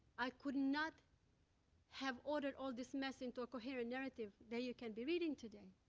i could not have ordered all this mess into a coherent narrative that you can be reading today.